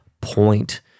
point